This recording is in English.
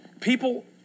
People